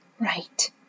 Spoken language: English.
right